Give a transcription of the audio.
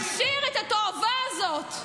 מכשיר את התועבה הזאת.